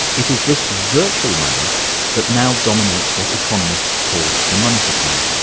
it is this virtual money that now dominates what economists call the money supply.